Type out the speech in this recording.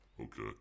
okay